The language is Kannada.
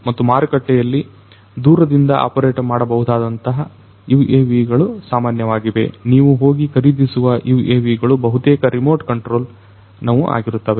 ಮತ್ತು ಮಾರುಕಟ್ಟೆಯಲ್ಲಿ ದೂರದಿಂದ ಆಪರೇಟ್ ಮಾಡಬಹುದಾದಂತಹ UAV ಗಳು ಸಾಮಾನ್ಯವಾಗಿದೆ ನೀವು ಹೋಗಿ ಖರೀದಿಸುವ UAV ಗಳು ಬಹುತೇಕ ರಿಮೋಟ್ ಕಂಟ್ರೋಲ್ ನವು ಆಗಿರುತ್ತವೆ